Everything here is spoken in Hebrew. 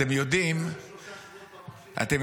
אבל את אלה שעשו שלושה שבועות אתה מחשיב כמי שעשו שירות?